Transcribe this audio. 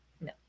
No